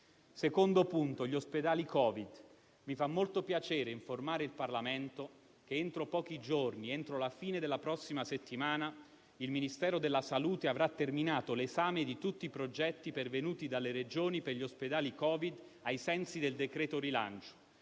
fronte riguarda gli ospedali Covid. Mi fa molto piacere informare il Parlamento che, entro pochi giorni, entro la fine della prossima settimana, il Ministero della salute avrà terminato l'esame di tutti i progetti pervenuti dalle Regioni per gli ospedali Covid, ai sensi del decreto rilancio;